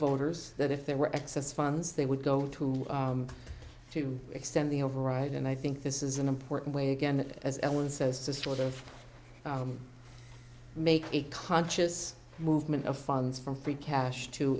voters that if they were excess funds they would go to law to extend the override and i think this is an important way again as ellen says to sort of make a conscious movement of funds from free cash to